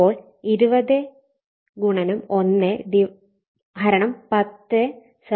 അപ്പോൾ 201 10 2 ആംപിയറാണ്